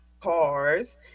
cars